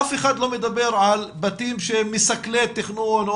אף אחד לא מדבר על בתים שמסכלי תכנון או